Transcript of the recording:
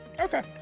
Okay